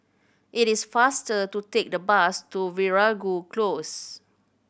it is faster to take the bus to Veeragoo Close